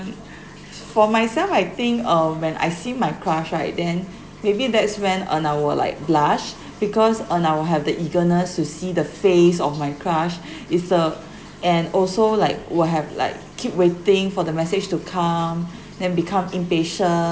for myself I think uh when I see my crush right then maybe that's when uh I will like blush because and I will have the eagerness to see the face of my crush is the and also like will have like keep waiting for the message to come then become impatient